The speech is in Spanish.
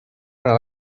para